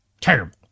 Terrible